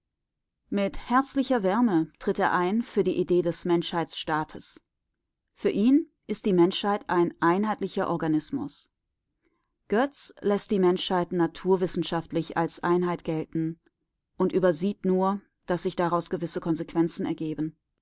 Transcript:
mit herzlicher wärme tritt er ein für die idee des menschheitstaates für ihn ist die menschheit ein einheitlicher organismus goetz läßt die menschheit naturwissenschaftlich als einheit gelten und übersieht nur daß sich daraus gewisse konsequenzen ergeben